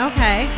Okay